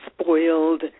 spoiled